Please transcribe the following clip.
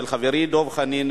של חבר הכנסת דב חנין,